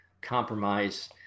compromise